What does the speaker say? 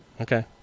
Okay